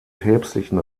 päpstlichen